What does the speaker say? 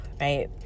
right